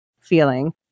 feeling